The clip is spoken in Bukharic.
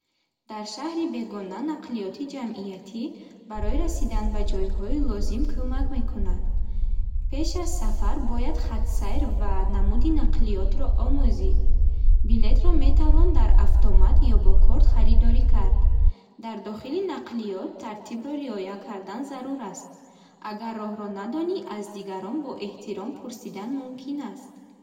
Дар шаҳри бегона нақлиёти ҷамъиятӣ барои расидан ба ҷойҳои лозим кӯмак мекунад. Пеш аз сафар бояд хатсайр ва намуди нақлиётро омӯзӣ. Билетро метавон дар автомат ё бо корт харидорӣ кард. Дар дохили нақлиёт тартибро риоя кардан зарур аст. Агар роҳро надонӣ, аз дигарон бо эҳтиром пурсидан мумкин аст.